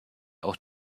auch